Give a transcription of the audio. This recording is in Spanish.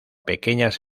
pequeñas